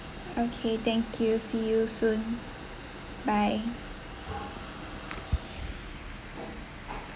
okay thank you see you soon bye